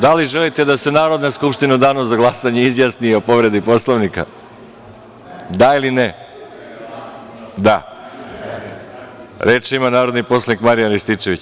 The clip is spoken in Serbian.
Da li želite da se Narodna skupština u danu za glasanje izjasni o povredi Poslovnika? (Da.) Reč ima narodni poslanik Marijan Rističević.